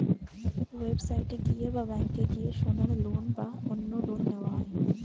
website এ গিয়ে বা ব্যাংকে গিয়ে সোনার লোন বা অন্য লোন নেওয়া যায়